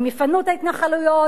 אם יפנו את ההתנחלויות,